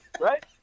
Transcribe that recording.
right